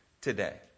today